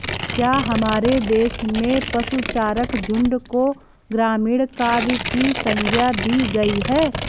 क्या हमारे देश में पशुचारक झुंड को ग्रामीण काव्य की संज्ञा दी गई है?